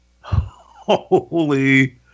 Holy